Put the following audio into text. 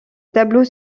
tableau